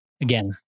again